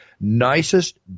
Nicest